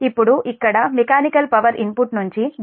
ఇప్పుడు ఇక్కడ mechanical power input నుంచి జనరేటర్కు Pi1 p